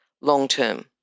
long-term